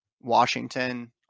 Washington